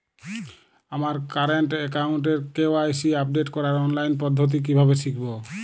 আমার কারেন্ট অ্যাকাউন্টের KYC update করার অনলাইন পদ্ধতি কীভাবে শিখব?